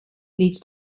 leads